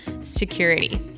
security